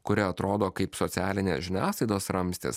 kuri atrodo kaip socialinės žiniasklaidos ramstis